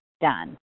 done